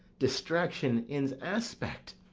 distraction in's aspect,